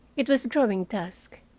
it was growing dusk.